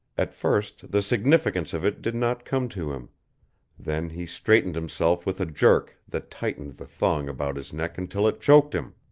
at first the significance of it did not come to him then he straightened himself with a jerk that tightened the thong about his neck until it choked him.